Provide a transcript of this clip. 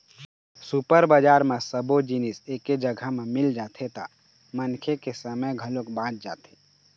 super बजार म सब्बो जिनिस एके जघा म मिल जाथे त मनखे के समे घलोक बाच जाथे